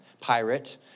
pirate